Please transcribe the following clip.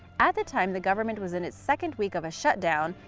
at the time, the government was in its second week of a shutdown,